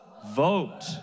Vote